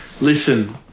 Listen